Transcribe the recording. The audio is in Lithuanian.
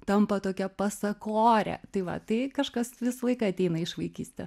tampa tokia pasakorė tai va tai kažkas visą laiką ateina iš vaikystės